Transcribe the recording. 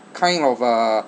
kind of uh